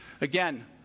Again